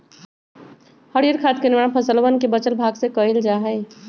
हरीयर खाद के निर्माण फसलवन के बचल भाग से कइल जा हई